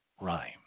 rhyme